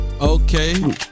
Okay